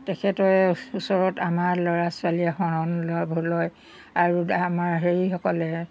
তেখেতৰ ওচৰত আমাৰ ল'ৰা ছোৱালীয়ে শৰণ ল'ব লয় আৰু আমাৰ হেৰিসকলে